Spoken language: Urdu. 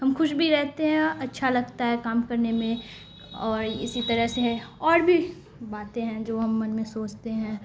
ہم خوش بھی رہتے ہیں اچھا لگتا ہے کام کرنے میں اور اسی طرح سے اور بھی باتیں ہیں جو ہم من میں سوچتے ہیں